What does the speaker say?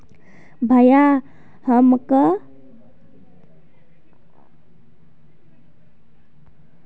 भाया हमाक direct credit आर डेबिटत अंतर समझइ दे